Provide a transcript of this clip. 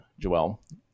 Joelle